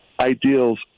ideals